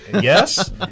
yes